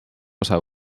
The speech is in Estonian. osa